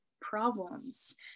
problems